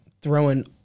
throwing